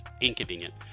inconvenient